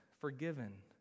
forgiven